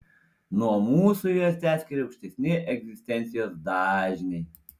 nuo mūsų juos teskiria aukštesni egzistencijos dažniai